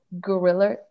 guerrilla